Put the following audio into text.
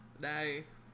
nice